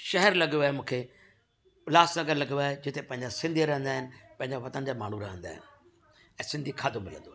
शहर लगयो आहे मूंखे उल्हास नगर लगयो आहे जिते पहिंजा सिंधीअ रहंदा आहिनि पंहिंजे वतन जा माण्हू रहंदा आहिनि ऐं सिंधी खादो मिलंदो आहे